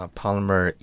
polymer